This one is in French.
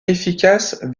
efficace